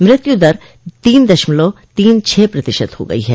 मृत्यु दर तीन दशमलव तीन छह प्रतिशत हा गई है